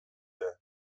dute